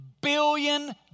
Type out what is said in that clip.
billion